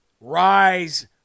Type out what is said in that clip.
Rise